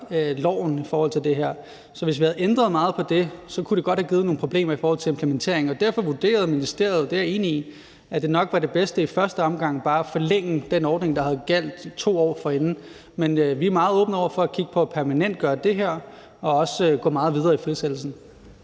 loven angående det her. Så hvis vi havde ændret meget på det, kunne det godt have givet nogle problemer i forhold til implementering, og derfor vurderede ministeriet, og det er jeg enig i, at det nok var det bedste i første omgang bare at forlænge den ordning, der har været gældende i 2 år. Men vi er meget åbne over for at kigge på at permanentgøre det her og også at gå meget videre i frisættelsen.